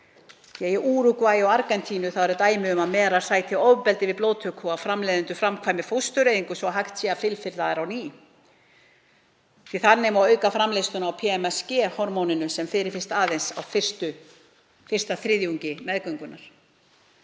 það. Í Úrúgvæ og Argentínu eru dæmi um að merar sæti ofbeldi við blóðtöku og framleiðendur framkvæmi fóstureyðingu svo hægt sé að fylja þær á ný því að þannig má auka framleiðsluna á PMSG-hormóninu sem fyrirfinnst aðeins á fyrsta þriðjungi meðgöngu.